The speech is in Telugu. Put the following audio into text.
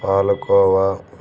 పాాలకోవా